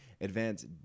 advance